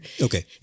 Okay